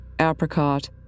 apricot